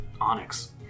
onyx